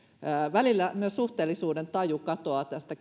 välillä myös suhteellisuudentaju katoaa tästä